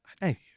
Hey